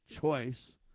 choice